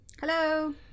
Hello